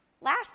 Last